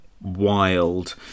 wild